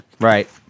Right